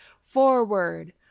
forward